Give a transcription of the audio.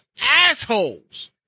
assholes